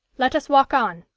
let us walk on,